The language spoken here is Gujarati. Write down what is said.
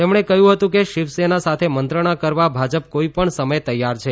તેમણે કહ્યું હતું કે શિવસેના સાથે મંત્રણા કરવા ભાજપ કોઇપણ સમયે તૈયાર છે